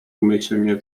umyślnie